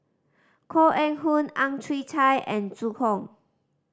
Koh Eng Hoon Ang Chwee Chai and Zhu Hong